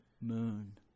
moon